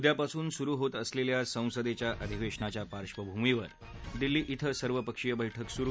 उद्यापासून सुरु होत असलख्या संसदख्या अधिवध्याच्या पार्श्वभूमीवर दिल्ली इथं सर्वपक्षीय बैठक सुरु